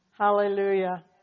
Hallelujah